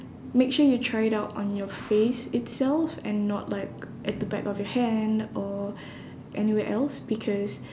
make sure you try it out on your face itself and not like at the back of your hand or anywhere else because